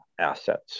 assets